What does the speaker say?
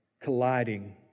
colliding